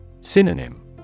Synonym